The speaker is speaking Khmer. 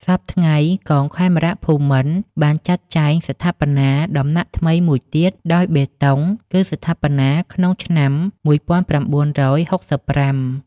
សព្វថ្ងៃ កងខេមរភូមិន្ទ បានចាត់ចែងស្ថាបនាដំណាក់ថ្មីមួយទៀតដោយបេតុង គឺស្ថាបនាក្នុងឆ្នាំ ១៩៦៥។